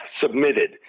submitted